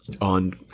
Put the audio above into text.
on